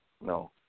No